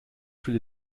fülle